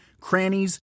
crannies